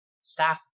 staff